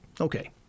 okay